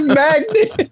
magnet